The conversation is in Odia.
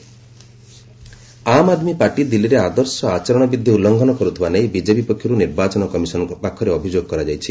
BJP ECI Aam Aadmi party ଦିଲ୍ଲୀରେ ଆଦର୍ଶ ଆଚରଣ ବିଧି ଉଲ୍ଂଘନ କରୁଥିବା ନେଇ ବିଜେପି ପକ୍ଷରୁ ନିର୍ବାଚନ କମିଶନଙ୍କ ପାଖରେ ଅଭିଯୋଗ କରାଯାଇଛି